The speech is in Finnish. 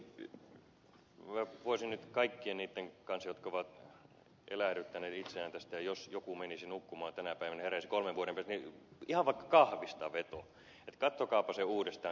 voisin nyt kaikkien niitten kanssa jotka ovat elähdyttäneet itseään tällä jos joku menisi nukkumaan tänä päivänä ja heräisi kolmen vuoden päästä ihan vaikka kahvista lyödä vetoa että katsokaapa se uudestaan